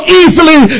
easily